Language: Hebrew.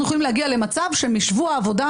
יכולים להגיע למצב שמשבוע העבודה,